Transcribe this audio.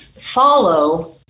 follow